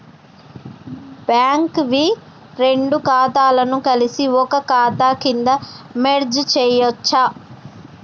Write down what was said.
Bank వి రెండు ఖాతాలను కలిపి ఒక ఖాతా కింద మెర్జ్ చేయచ్చా?